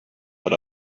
but